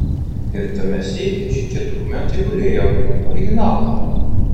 ir tame seife šitie dokumentai gulėjo originalai